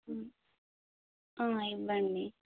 ఇవ్వండి